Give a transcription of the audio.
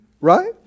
Right